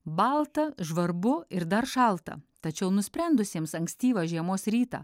balta žvarbu ir dar šalta tačiau nusprendusiems ankstyvą žiemos rytą